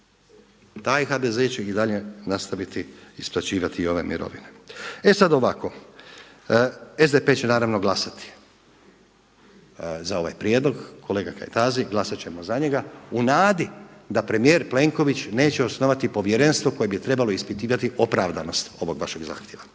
Taj HDZ će i dalje nastaviti isplaćivati i ove mirovine. E sada ovako, SDP će naravno glasati za ovaj prijedlog, kolega Kajtazi glasati ćemo za njega, u nadi da premijer Plenković neće osnovati povjerenstvo koje bi trebalo ispitivati opravdanost ovog vašeg zahtjeva.